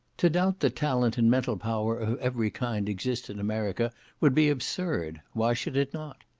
to doubt that talent and mental power of every kind exist in america would be absurd why should it not?